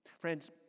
Friends